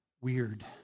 weird